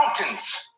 mountains